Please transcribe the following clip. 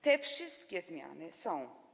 Te wszystkie zmiany są.